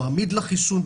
עמיד לחיסון,